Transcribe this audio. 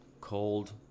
Cold